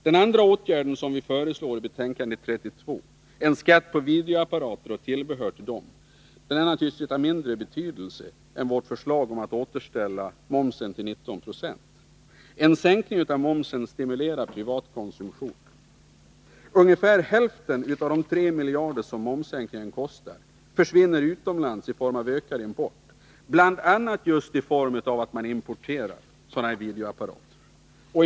Den andra åtgärden som vi föreslår i betänkande 32, en skatt på videoapparater och tillbehör till sådana, är naturligtvis av mindre betydelse än vårt förslag om att återställa momsen till 19 26. En sänkning av momsen stimulerar privat konsumtion. Ungefär hälften av de 3 miljarder som momssänkningen kostar försvinner utomlands i form av ökad import, bl.a. just i form av importerade videoapparater.